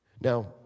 Now